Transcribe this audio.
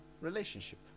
relationship